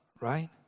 right